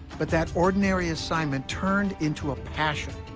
but that ordinary assignment turned into a passion.